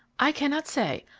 i cannot say,